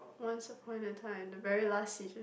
once upon a time the very last season